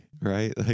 right